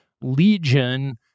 Legion